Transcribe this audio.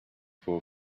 for